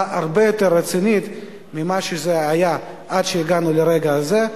הרבה יותר רצינית ממה שזה היה עד שהגענו לרגע זה,